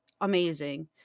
amazing